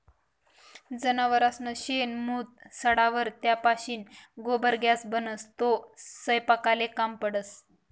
जनावरसनं शेण, मूत सडावर त्यापाशीन गोबर गॅस बनस, तो सयपाकले काम पडस